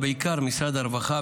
ובעיקר משרד הרווחה,